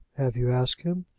have you asked him?